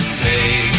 say